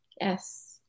Yes